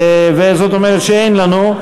זאת אומרת שאין לנו.